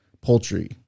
poultry